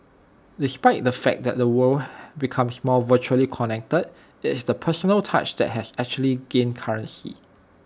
despite the fact that the world becomes more virtually connected IT is the personal touch that has actually gained currency